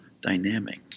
dynamic